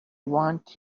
want